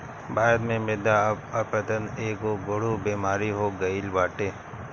भारत में मृदा अपरदन एगो गढ़ु बेमारी हो गईल बाटे